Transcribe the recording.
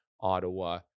ottawa